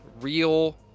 real